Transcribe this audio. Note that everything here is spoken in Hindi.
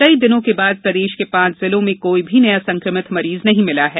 कई दिनों के बाद प्रदेश के पांच जिलों में कोई भी नया संक्रमित मरीज नहीं मिला है